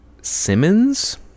Simmons